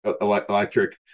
electric